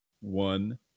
one